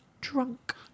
drunk